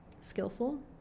skillful